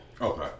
Okay